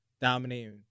dominating